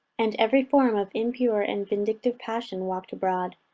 and every form of impure and vindictive passion walked abroad,